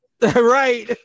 Right